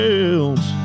else